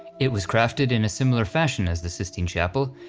it was crafted in a similar fashion as the sistine chapel,